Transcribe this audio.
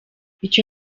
ico